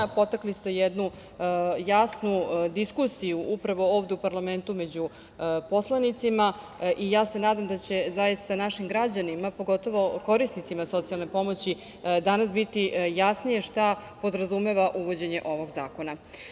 Potakli ste jednu jasnu diskusiju upravo ovde u parlamentu među poslanicima i ja se nadam da će zaista našim građanima, pogotovo korisnicima socijalne pomoći danas biti jasnije šta podrazumeva uvođenje ovog zakona.